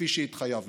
כפי שהתחייבנו.